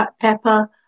pepper